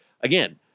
Again